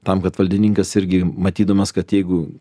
tam kad valdininkas irgi matydamas kad jeigu